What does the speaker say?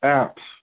apps